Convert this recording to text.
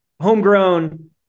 homegrown